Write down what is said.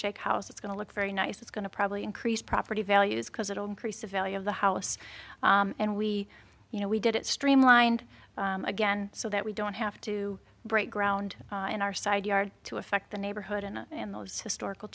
shake house it's going to look very nice it's going to probably increase property values because it'll increase the value of the house and we you know we did it streamlined again so that we don't have to break ground on our side yard to affect the neighborhood and those historical